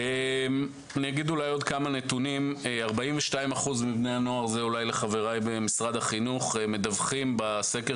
עוד כמה נתונים: 42% מבני הנוער מדווחים בסקר